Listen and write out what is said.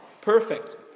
Perfect